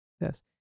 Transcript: Yes